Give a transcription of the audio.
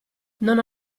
non